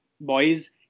boys